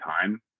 time